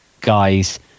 guys